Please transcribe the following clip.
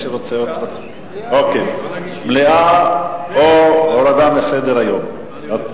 בסדר, מליאה או הורדה מסדר-היום.